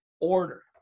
order